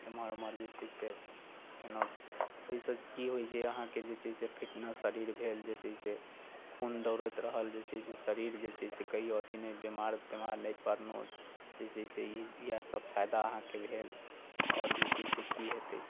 एम्हर ओम्हर जे छै से कयलहुँ ओहि से की होइत छै अहाँकेँ जे छै से फिटनेस शरीर भेल जे छै से खून दौड़ैत रहल जे छै से शरीर जे छै से कभी अथि नहि बिमार तिमार नहि पड़लहुँ जे छै से इएह सभ फायदा अहाँके भेल आओर जे छै से की होयतै